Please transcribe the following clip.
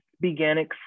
began